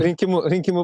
rinkimų rinkimų